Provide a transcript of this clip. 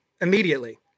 immediately